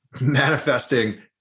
manifesting